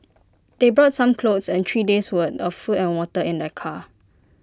they brought some clothes and three days' worth of food and water in their car